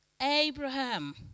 Abraham